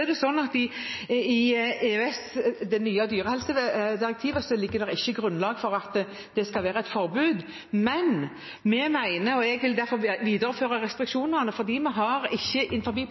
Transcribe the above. er det sånn at i EØS – i det nye dyrehelsedirektivet – ligger det ikke noe grunnlag for at det skal være et forbud. Jeg vil derfor videreføre restriksjonene, for innenfor plantehelse ligger dette ikke